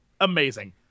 amazing